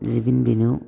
Ebin Binu